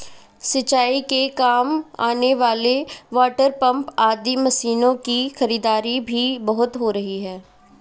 सिंचाई के काम आने वाले वाटरपम्प आदि मशीनों की खरीदारी भी बहुत हो रही है